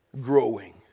growing